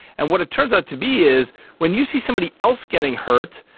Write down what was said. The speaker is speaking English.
and what it turns out to be is when you see somebody else getting hurt,